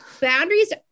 Boundaries